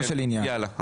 בואו נתחיל.